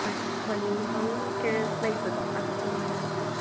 ꯍꯣꯏ ꯍꯣꯏ minimum carat ꯂꯩꯕꯗꯣ ꯑꯗꯨꯗ ꯑꯣꯏꯅ ꯊꯥꯕꯤꯔꯛꯑꯣ